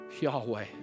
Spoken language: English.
Yahweh